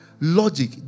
Logic